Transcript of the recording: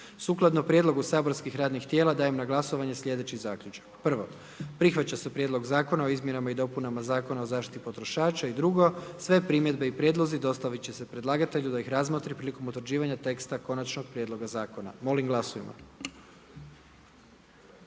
Sukladno prijedlogu saborskih radnih tijela, dajem na glasovanje slijedeći zaključak. Prvo, prihvaća se Prijedlog Zakona o vinu i drugo, sve primjedbe i prijedlozi dostavit će se predlagatelju da ih razmotri prilikom utvrđivanja teksta konačnog prijedloga zakona, molim glasujmo.